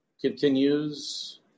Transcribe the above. continues